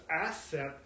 asset